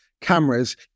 cameras